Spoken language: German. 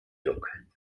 dunkeln